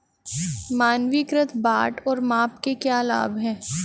मानकीकृत बाट और माप के क्या लाभ हैं?